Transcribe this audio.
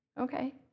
Okay